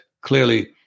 clearly